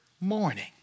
morning